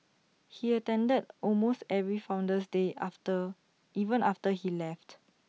he attended almost every Founder's day after even after he left